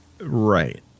right